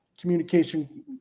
communication